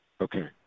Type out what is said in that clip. Okay